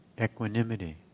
equanimity